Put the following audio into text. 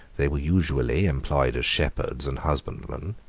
they were usefully employed as shepherds and husbandmen,